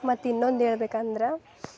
ಮತ್ತು ಇನ್ನೊಂದು ಹೇಳ್ಬೆಕಂದ್ರಾ